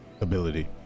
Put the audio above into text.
ability